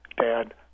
Dad